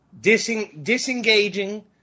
Disengaging